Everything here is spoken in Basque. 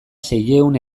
seiehun